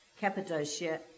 Cappadocia